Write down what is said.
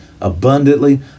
abundantly